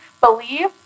believe